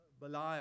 Belial